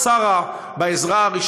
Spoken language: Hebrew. שוב, מביעים אי-אמון.